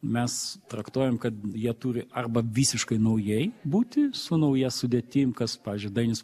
mes traktuojam kad jie turi arba visiškai naujai būti su nauja sudėtim kas pavyzdžiui dainius